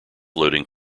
loading